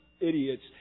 idiots